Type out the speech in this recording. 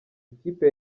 ikipe